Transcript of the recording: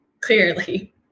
Clearly